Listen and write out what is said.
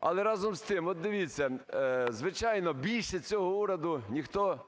Але разом з тим, от дивіться, звичайно, більше цього уряду ніхто